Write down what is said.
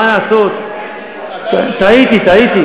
מה לעשות, טעיתי, טעיתי.